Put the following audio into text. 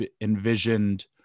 envisioned